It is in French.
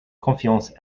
confiance